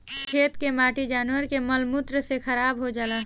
खेत के माटी जानवर के मल मूत्र से खराब हो जाला